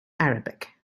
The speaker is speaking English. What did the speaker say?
arabic